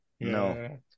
No